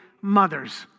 Mothers